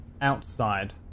outside